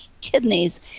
kidneys